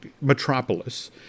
Metropolis